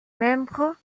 membres